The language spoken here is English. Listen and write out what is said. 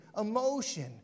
emotion